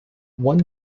one